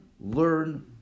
learn